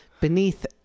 Beneath